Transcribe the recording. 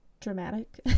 dramatic